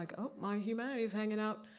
like oh, my humanity's hanging out.